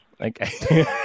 Okay